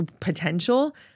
potential